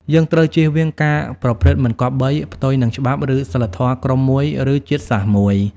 យើងត្រូវជៀសវាងការប្រព្រឹត្តមិនគប្បី ផ្ទុយនឹងច្បាប់ឬសីលធម៌ក្រុមមួយឬជាតិសាសន៍មួយ ។